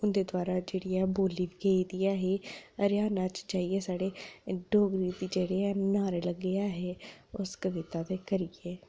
उं'दे दवारा जेह्ड़ी ऐ ही बोली ऐ ही हरयाणा च जाइयै साढ़े डोगरे जेह्ड़े हैन नारे लग्गे ऐ हे उस कविता दे करियै